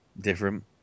different